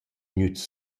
gnüts